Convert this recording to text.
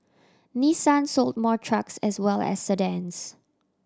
Nissan sold more trucks as well as sedans